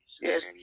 Yes